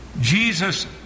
Jesus